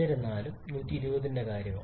എന്നിരുന്നാലും 120 ന്റെ കാര്യമോ